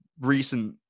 recent